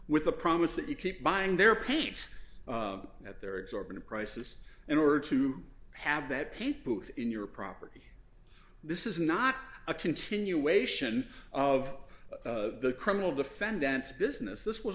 with the promise that you keep buying their paints at their exorbitant prices in order to have that paint booth in your property this is not a continuation of the criminal defendants business this was